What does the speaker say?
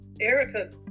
Erica